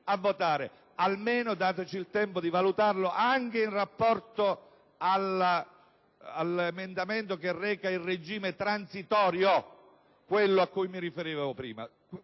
a votare. Almeno dateci il tempo di valutarlo anche in rapporto all'emendamento che reca le disposizioni transitorie a cui mi riferivo in